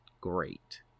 great